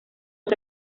los